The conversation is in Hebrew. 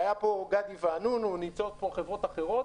היה פה גדי ואנונו, נמצאות פה חברות אחרות